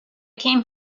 came